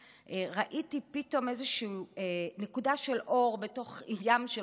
ראיתי פתאום איזושהי נקודה של אור בתוך ים של חושך,